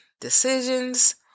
decisions